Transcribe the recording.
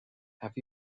have